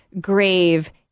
grave